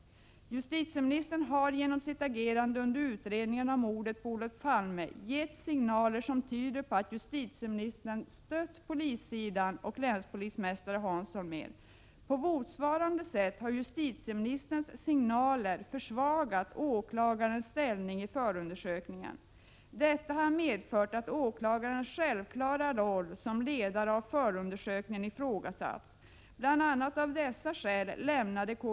Justitieministern har genom sitt agerande under utredningen av mordet på Olof Palme gett signaler som tyder på att justitieministern stött polissidan och länspolismästare Hans Holmér. På motsvarande sätt har justitieministerns signaler försvagat åklagarens ställning i förundersökningen. Detta har medfört att åklagarens självklara roll som ledare av förundersökningen har ifrågasatts. Bl. a. av dessa skäl lämnade K.